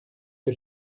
que